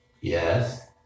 Yes